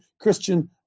Christian